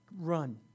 run